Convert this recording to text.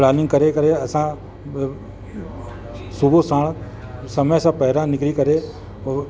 planning करे करे असां सुबुह साण समय सां पहिरां निकरी करे पोइ